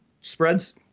spreads –